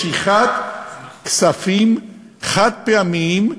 משיכת כספים חד-פעמיים,